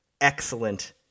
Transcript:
excellent